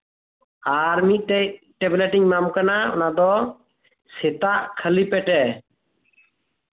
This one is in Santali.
ᱟᱨ ᱢᱤᱫᱴᱮᱡ ᱴᱮᱵᱞᱮᱴᱤᱧ ᱮᱢᱟᱢ ᱠᱟᱱᱟ ᱚᱱᱟ ᱫᱚ ᱥᱮᱛᱟᱜ ᱠᱷᱟᱹᱞᱤ ᱯᱮᱴᱮ